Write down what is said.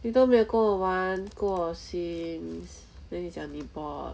你都没有跟我玩过 sims then 你讲你 bored